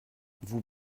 vous